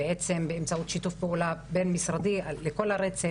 באמצעות שיתוף פעולה בין משרדי על פני כל הרצף,